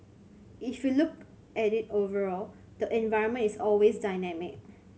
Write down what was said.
if you look at it overall the environment is always dynamic